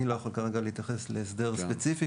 אני לא יכול כרגע להתייחס להסדר ספציפי.